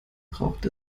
braucht